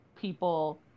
People